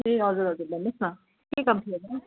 ए हजुर हजुर भन्नुहोस् न के काम थियो होला